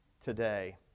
today